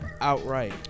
outright